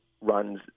runs